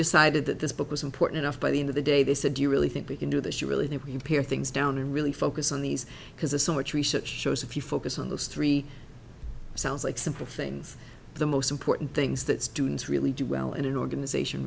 decided that this book was important enough by the end of the day they said you really think we can do this you really think we can pare things down and really focus on these because there's so much research shows if you focus on those three sounds like simple things the most important things that students really do well in an organization